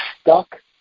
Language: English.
stuck